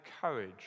courage